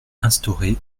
instaurer